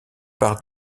par